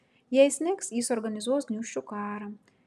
jei snigs jis organizuos gniūžčių karą